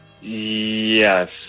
Yes